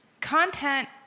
content